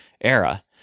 era